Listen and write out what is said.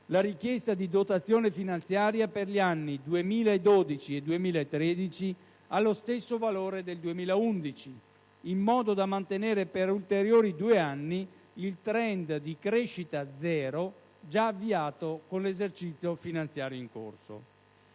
la richiesta di dotazione finanziaria per gli anni 2012 e 2013 allo stesso valore del 2011, in modo da mantenere per ulteriori 2 anni il *trend* di "crescita zero" già avviato con l'esercizio finanziario in corso.